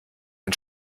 ein